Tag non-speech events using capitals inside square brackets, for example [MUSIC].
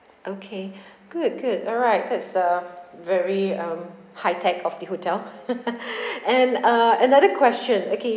okay [BREATH] good good alright that's uh very um high tech of the hotel [LAUGHS] and uh another question okay